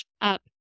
up